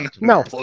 no